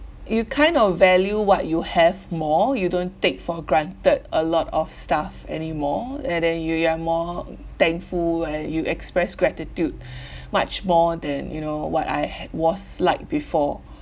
you kind of value what you have more you don't take for granted a lot of stuff anymore and then you ya more thankful and you express gratitude much more than you know what I have was like before